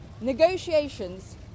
Negotiations